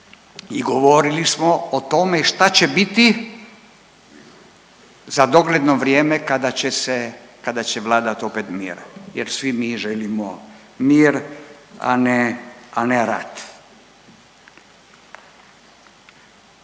i govorili smo o tome šta će biti za dogledno vrijeme kada će se, kada će vladat opet mjere jer svi mi želimo mir, a ne, a